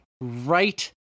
right